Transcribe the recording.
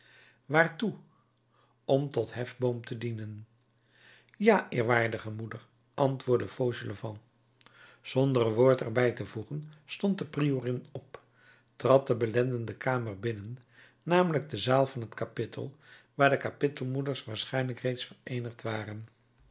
waartoe om tot hefboom te dienen ja eerwaardige moeder antwoordde fauchelevent zonder een woord er bij te voegen stond de priorin op trad de belendende kamer binnen namelijk de zaal van het kapittel waar de kapittelmoeders waarschijnlijk reeds vereenigd waren